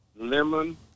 Lemon